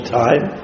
time